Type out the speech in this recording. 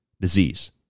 disease